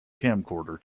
camcorder